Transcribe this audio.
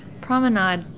promenade